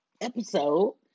episode